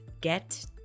get